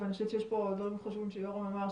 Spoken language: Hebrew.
ואני חושבת שיש פה דברים חשובים שיורם אמר,